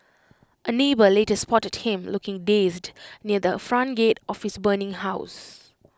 A neighbour later spotted him looking dazed near the front gate of his burning house